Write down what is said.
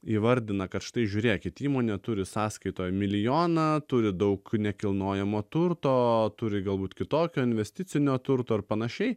įvardina kad štai žiūrėkit įmonė turi sąskaitoj milijoną turi daug nekilnojamo turto turi galbūt kitokio investicinio turto ar panašiai